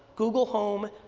google home,